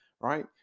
right